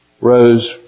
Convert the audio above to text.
rose